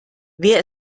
wer